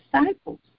disciples